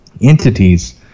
entities –